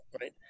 right